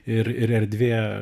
ir ir erdvė